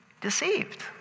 deceived